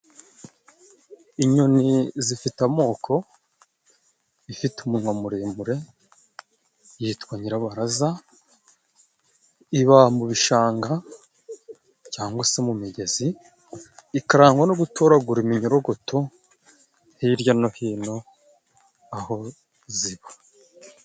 Inyoni zifite amoko, ifite umunwa muremure, yitwa nyirabaraza. Iba mu bishanga cyangwa se mu migezi, ikarangwa no gutoragura iminyorogoto hirya no hino aho ziba.